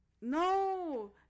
No